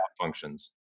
functions